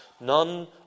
None